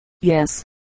Yes